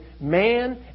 man